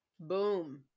Boom